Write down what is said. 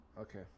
Okay